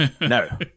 No